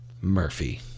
Murphy